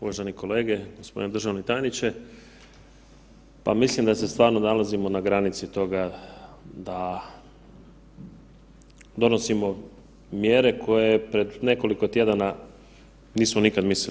Uvaženi kolege, gospodine državni tajniče pa mislim da se stvarno nalazimo na granici toga da donosimo mjere koje pred nekoliko tjedana nismo nikada mislili.